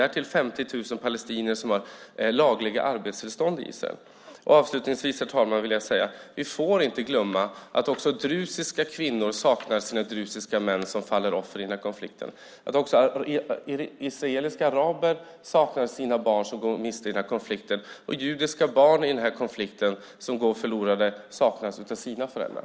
Därtill finns 50 000 palestinier som har lagliga arbetstillstånd i Israel. Herr talman! Vi får inte glömma att också drusiska kvinnor saknar sina drusiska män som har fallit offer i den här konflikten. Också israeliska araber saknar sina barn som de mister i den här konflikten. De judiska barn som går förlorade i den här konflikten saknas av sina föräldrar.